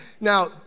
Now